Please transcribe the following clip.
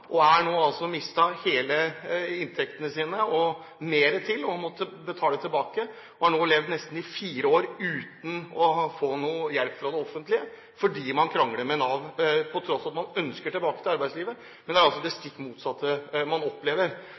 har nå mistet alle inntektene sine og mer til – må betale tilbake – og har levd i nesten fire år uten å få noe hjelp fra det offentlige fordi han krangler med Nav, på tross av at han ønsker seg tilbake til arbeidslivet. Men det er det stikk motsatte han opplever.